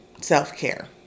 self-care